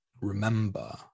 remember